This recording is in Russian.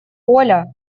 оля